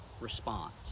response